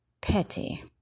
petty